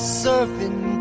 surfing